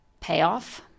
payoff